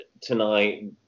tonight